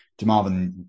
DeMarvin